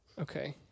Okay